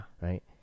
right